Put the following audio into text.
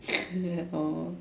oh